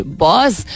boss